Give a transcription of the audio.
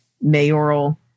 mayoral